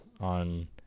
on